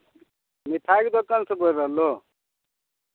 मिठाइके दोकानसँ बोलि रहलौ